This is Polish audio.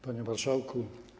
Panie Marszałku!